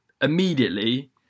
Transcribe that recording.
immediately